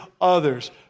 others